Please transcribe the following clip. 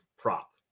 prop